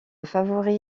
favori